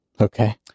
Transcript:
Okay